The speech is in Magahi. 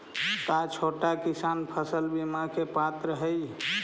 का छोटा किसान फसल बीमा के पात्र हई?